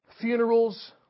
funerals